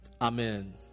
Amen